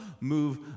move